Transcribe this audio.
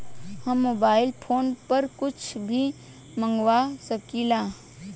हम mobile phone पर कुछ भी मंगवा सकिला?